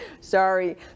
Sorry